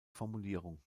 formulierung